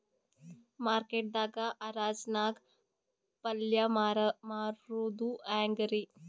Market ದಾಗ್ ಹರಾಜ್ ನಾಗ್ ಪಲ್ಯ ಮಾರುದು ಹ್ಯಾಂಗ್ ರಿ?